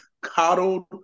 coddled